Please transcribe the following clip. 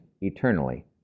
eternally